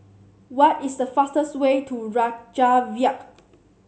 what is the fastest way to Reykjavik